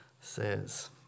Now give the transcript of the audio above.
says